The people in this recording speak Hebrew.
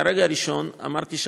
מהרגע הראשון אמרתי שאני,